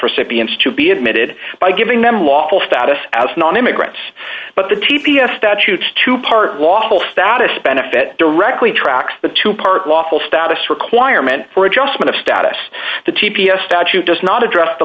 recipients to be admitted by giving them lawful status as non immigrants but the t p s statutes to part lawful status benefit directly tracks the two part lawful status requirement for adjustment of status to t p s statute does not address the